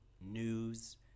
news